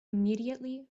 immediately